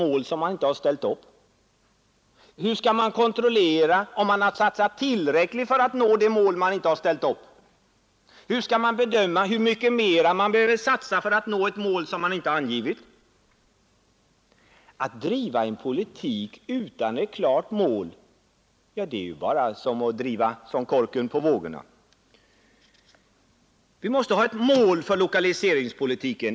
Och hur skall man kunna kontrollera om man har satsat tillräckligt för att nå ett mål som man inte har ställt upp? Hur skall man bedöma hur mycket mera man behöver satsa för att nå ett mål som man inte har angivit? Att föra en politik utan ett klart mål är ju som att driva som en kork på vågorna. Vi måste därför ange vårt mål för lokaliseringspolitiken.